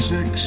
Six